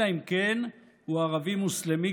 אלא אם כן הוא ערבי מוסלמי,